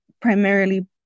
primarily